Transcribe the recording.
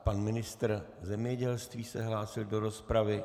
Pan ministr zemědělství se hlásil do rozpravy.